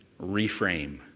reframe